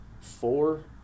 four